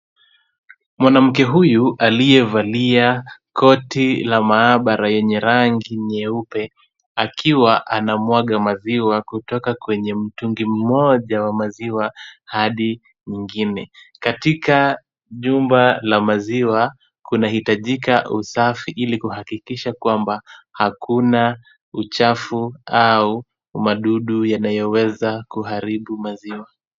Mwanamke huyu aliyevalia koti la maabara yenye rangi nyeupe akiwa anamwaga maziwa kutoka kwenye mtungi mmoja wa maziwa hadi nyingine. Katika jumba la maziwa kunahitajika usafi ili kuhakikisha kwamba hakuna uchafu au madudu yanayoweza kuharibu maziwa.